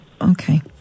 Okay